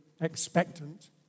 expectant